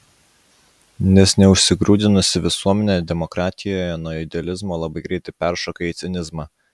nes neužsigrūdinusi visuomenė demokratijoje nuo idealizmo labai greitai peršoka į cinizmą